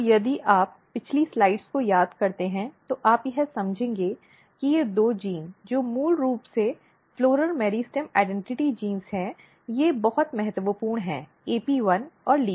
तो यदि आप पिछली स्लाइडों को याद करते हैं तो आप यह समझेंगे कि ये दो जीन जो मूल रूप से फ़्लॉरल मेरिस्टेम पहचान जीन हैं वे बहुत महत्वपूर्ण हैं AP1 और LEAFY